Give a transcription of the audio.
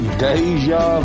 deja